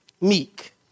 meek